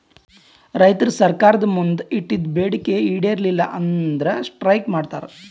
ರೈತರ್ ಸರ್ಕಾರ್ದ್ ಮುಂದ್ ಇಟ್ಟಿದ್ದ್ ಬೇಡಿಕೆ ಈಡೇರಲಿಲ್ಲ ಅಂದ್ರ ಸ್ಟ್ರೈಕ್ ಮಾಡ್ತಾರ್